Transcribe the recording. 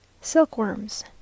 Silkworms